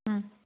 ꯎꯝ